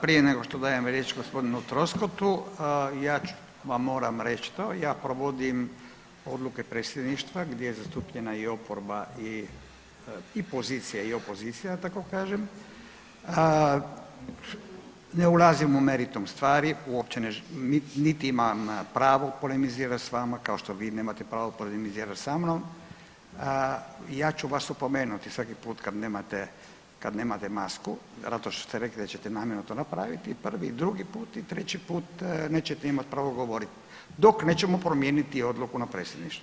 Prije nego što dam riječ g. Troskotu ja vam moram reći to, ja provodim odluke predsjedništva gdje je zastupljena i oporba i pozicija i opozicija da tako kažem, ne ulazim u meritum stvari uopće nit imam pravo polemizirat s vama kao što vi nemate pravo polemizirati sa mnom, ja ću vas opomenuti svaki put kad nemate masku zato što ste rekli da ćete namjerno to napraviti i prvi i drugi put i treći put nećete imati pravo govorit, dok nećemo promijeniti odluku na predsjedništvu.